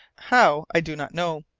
how i do not know.